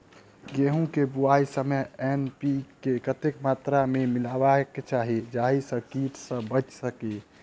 गेंहूँ केँ बुआई समय एन.पी.के कतेक मात्रा मे मिलायबाक चाहि जाहि सँ कीट सँ बचि सकी?